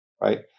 Right